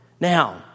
Now